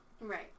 Right